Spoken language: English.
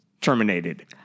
terminated